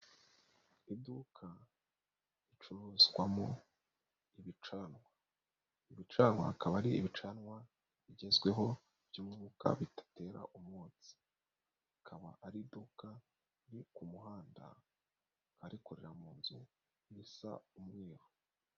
Iduka ricuruzwamo ibicanwa, ibicanwa bikaba ari ibicanwa bigezweho byumwuka bidatera umwotsi. Akaba ari iduka riri ku muhanda rikorera mu nzu isa umweru.